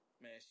Man